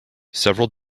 several